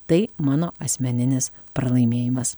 tai mano asmeninis pralaimėjimas